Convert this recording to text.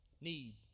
need